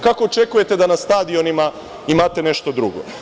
Kako očekujete da na stadionima imate nešto drugo?